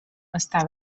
està